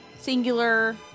Singular